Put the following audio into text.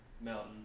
mountain